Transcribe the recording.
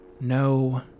No